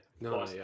No